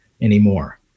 anymore